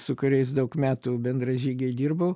su kuriais daug metų bendražygiai dirbau